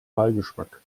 beigeschmack